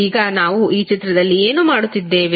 ಈಗ ನಾವು ಈ ಚಿತ್ರದಲ್ಲಿ ಏನು ಮಾಡುತ್ತಿದ್ದೇವೆ